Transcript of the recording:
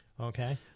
Okay